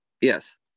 Yes